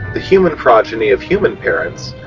the human progeny of human parents,